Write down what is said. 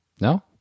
No